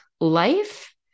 life